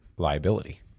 liability